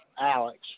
Alex